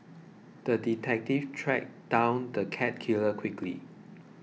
the detective tracked down the cat killer quickly